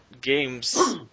games